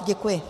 Děkuji.